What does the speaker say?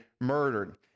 murdered